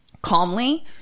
calmly